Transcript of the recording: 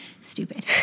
stupid